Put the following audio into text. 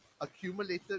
accumulated